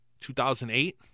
2008